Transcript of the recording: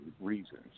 reasons